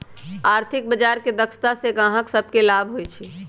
आर्थिक बजार के दक्षता से गाहक सभके लाभ होइ छइ